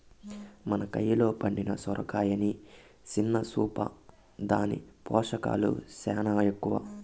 మన కయిలో పండిన సొరకాయని సిన్న సూపా, దాని పోసకాలు సేనా ఎక్కవ